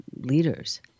leaders